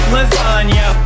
Lasagna